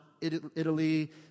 Italy